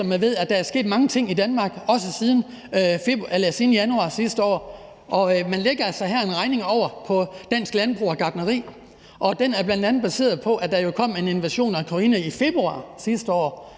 mig ved, at der er sket mange ting i Danmark, også siden januar sidste år, og man lægger altså her en regning over på dansk landbrug og gartneri, og den er bl.a. baseret på, at der jo kom en invasion af Ukraine i februar sidste år,